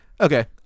Okay